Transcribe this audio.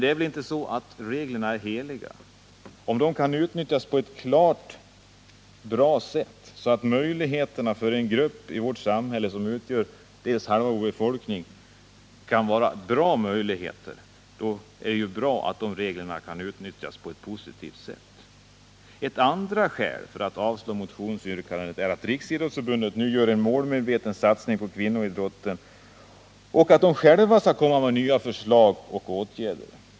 Men inte är väl reglerna heliga? Om reglerna kan utnyttjas på ett sådant sätt att de ger goda möjligheter för den grupp i vårt samhälle som utgör dess halva befolkning är väl det positivt. Ett andra skäl för att avstyrka motionsyrkandet är att riksidrottsförbundet nu gör en målmedveten satsning på kvinnoidrotten och att man själv skall komma med nya förslag och åtgärder.